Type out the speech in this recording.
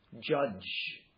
judge